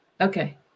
Okay